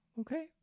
okay